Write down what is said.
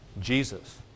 Jesus